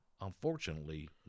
Unfortunately